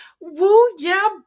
Woo-yeah